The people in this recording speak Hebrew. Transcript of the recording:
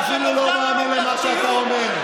אתה אפילו לא מאמין למה שאתה אומר.